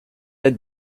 est